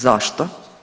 Zašto?